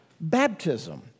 baptism